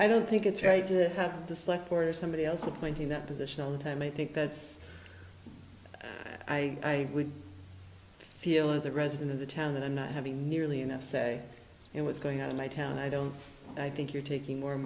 i don't think it's right to have to select for somebody else appointing that position all the time i think that's i would feel as a resident of the town and not having nearly enough say in what's going on in my town i don't i think you're taking more and